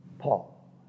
Paul